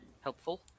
helpful